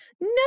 No